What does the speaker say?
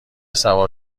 سوار